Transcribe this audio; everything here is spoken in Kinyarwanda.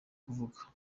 kuvuga